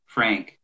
Frank